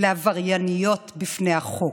לעברייניות בפני החוק.